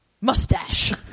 Mustache